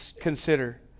consider